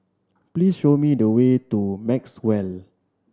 please show me the way to Maxwell